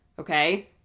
okay